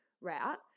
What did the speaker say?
route